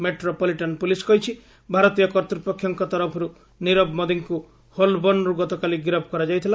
metro ପଲିଟାନ police କହିଛି ଭାରତୀୟ କର୍ତ୍ତ୍ୱପକ୍ଷଙ୍କ ତରଫରୁ ନୀରବ ମୋଦିଙ୍କୁ ହୋଲବର୍ଷରୁ ଗତକାଲି ଗିରଫ କରାଯାଇଥିଲା